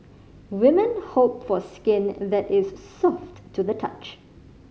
women hope for skin that is soft to the touch